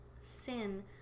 sin